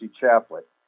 Chaplet